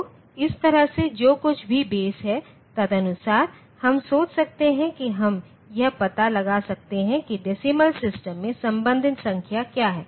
तो इस तरह से जो कुछ भी बेस है तदनुसार हम सोच सकते हैं कि हम यह पता लगा सकते हैं कि डेसीमल सिस्टम में संबंधित संख्या क्या है